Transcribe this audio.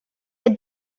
had